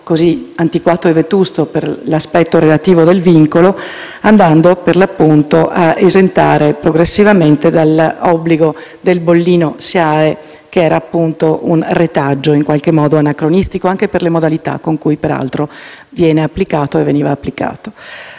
così antiquato e vetusto per l'aspetto relativo del vincolo, andando ad esentare progressivamente dall'obbligo del bollino SIAE, un retaggio in qualche modo anacronistico, anche per le modalità con il quale viene ancora applicato.